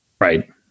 Right